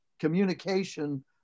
communication